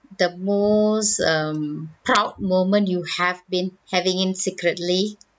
the most um proud moment you have been having in secretly